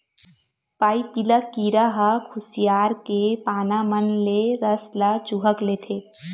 पाइपिला कीरा ह खुसियार के पाना मन ले रस ल चूंहक लेथे